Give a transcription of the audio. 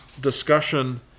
discussion